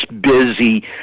busy